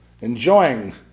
enjoying